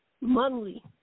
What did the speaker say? monthly